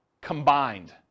combined